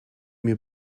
mir